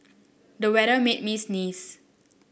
the weather made me sneeze